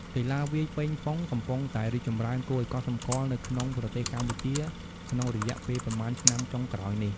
កីឡាវាយប៉េងប៉ុង កំពុងតែរីកចម្រើនគួរឱ្យកត់សម្គាល់នៅក្នុងប្រទេសកម្ពុជាក្នុងរយៈពេលប៉ុន្មានឆ្នាំចុងក្រោយនេះ។